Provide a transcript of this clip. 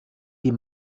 die